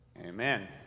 Amen